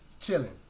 chilling